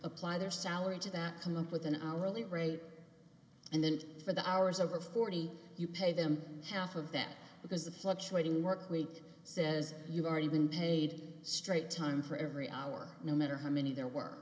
apply their salary to that come up with an hourly rate and then for the hours over forty you pay them half of that because the fluctuating work week says you are even paid straight time for every hour no matter how many there were